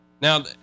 Now